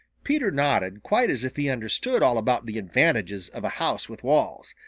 peter nodded quite as if he understood all about the advantages of a house with walls.